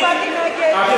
אני הצבעתי נגד.